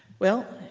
well,